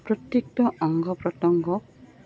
প্ৰত্যেকটো অংগ প্ৰতংগ